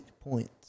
points